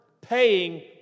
paying